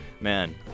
man